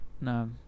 No